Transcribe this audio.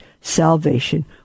salvation